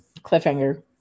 cliffhanger